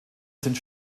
sind